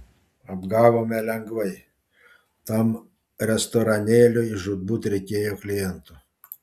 apgavome lengvai tam restoranėliui žūtbūt reikėjo klientų